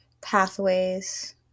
pathways